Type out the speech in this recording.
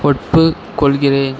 ஒப்புக் கொள்கிறேன்